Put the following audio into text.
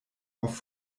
auf